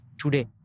today